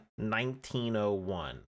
1901